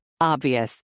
Obvious